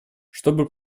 чтобы